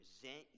present